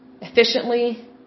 efficiently